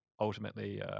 ultimately